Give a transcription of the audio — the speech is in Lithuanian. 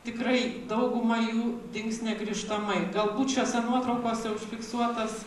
tikrai dauguma jų dings negrįžtamai galbūt šiose nuotraukose užfiksuotas